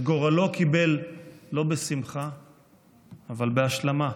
את גורלו קיבל לא בשמחה אבל בהשלמה.